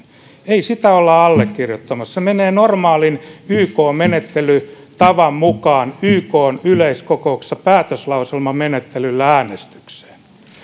ei sitä olla allekirjoittamassa se menee normaalin ykn menettelytavan mukaan ykn yleiskokouksessa päätöslauselmamenettelyllä äänestykseen